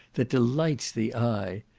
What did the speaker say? that delights the eye.